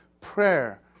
prayer